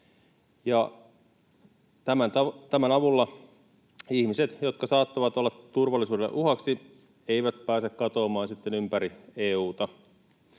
Tämän avulla ihmiset, jotka saattavat olla turvallisuudelle uhaksi, eivät pääse katoamaan sitten ympäri EU:ta.